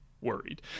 worried